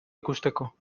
ikusteko